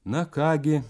na ką gi